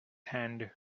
hand